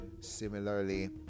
similarly